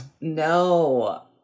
no